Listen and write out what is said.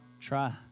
try